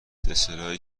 دسرایی